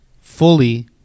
fully